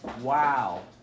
Wow